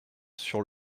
sur